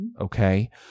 Okay